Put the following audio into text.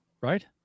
right